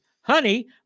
Honey